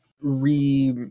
re